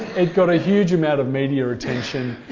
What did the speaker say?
it got a huge amount of media attention,